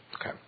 Okay